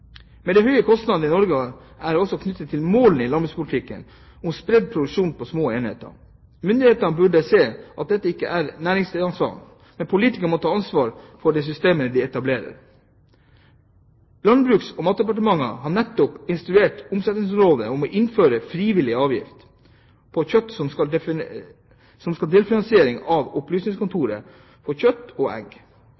høye kostnadene i Norge er også knyttet til målene i landbrukspolitikken om spredt produksjon og små enheter. Myndighetene burde se at dette ikke er et næringsansvar. Politikerne må ta ansvar for de systemene de etablerer. Landbruks- og matdepartementet har nettopp instruert Omsetningsrådet om å innføre en «frivillig avgift» på kjøtt som skal gå til delfinansiering av